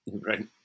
right